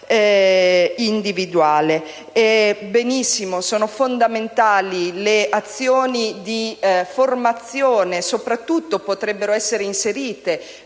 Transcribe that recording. Benissimo, sono fondamentali le azioni di formazione. Soprattutto potrebbero essere inserite